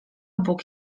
bóg